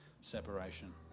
separation